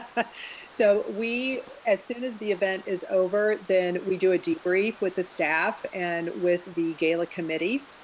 so we as soon as the event is over, then we do a debrief with the staff and with the gala committee,